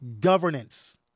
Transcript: Governance